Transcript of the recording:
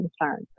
concerns